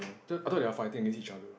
I thought they're fighting against each other